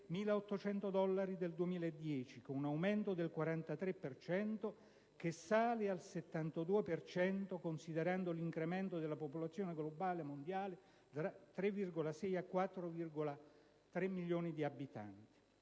43.800 dollari nel 2010, con un aumento del 43 per cento, che sale al 72 per cento considerando l'incremento della popolazione globale mondiale da 3,6 a 4,4 miliardi di abitanti.